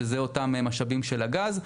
שזה אותם משאבים של הגז.